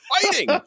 fighting